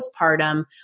postpartum